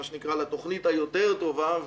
מה שנקרא, לתוכנית היותר טובה.